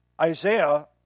Isaiah